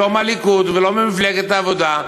לא מהליכוד ולא ממפלגת העבודה,